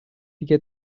دیگه